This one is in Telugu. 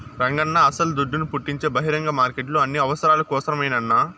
రంగన్నా అస్సల దుడ్డును పుట్టించే బహిరంగ మార్కెట్లు అన్ని అవసరాల కోసరమేనన్నా